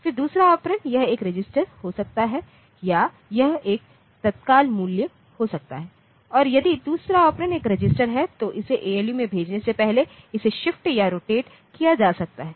फिर दूसरा ऑपरेंड यह एक रजिस्टर हो सकता है या यह एक तत्काल मूल्य हो सकता है और यदि दूसरा ऑपरेंड एक रजिस्टर है तो इसे ALU में भेजने से पहले इसे शिफ्ट या रोटेट किया जा सकता है